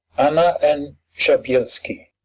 anna and shabelski.